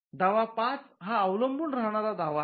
दावा ५ हा अवलंबून राहणार दावा आहे